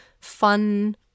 fun